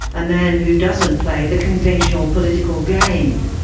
a man who doesn't play the conventional political game.